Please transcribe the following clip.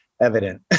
evident